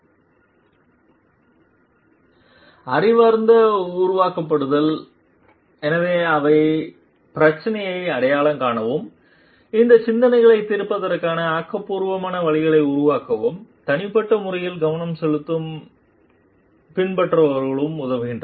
slide நேரம் 1353 பார்க்கவும் அறிவார்ந்த உருவகப்படுத்துதல் எனவே அவை பிரச்சினையை அடையாளம் காணவும் இந்த சிக்கல்களைத் தீர்ப்பதற்கான ஆக்கப்பூர்வமான வழிகளை ஊக்குவிக்கவும் தனிப்பட்ட முறையில் கவனம் செலுத்தவும் பின்பற்றுபவர்களுக்கு உதவுகின்றன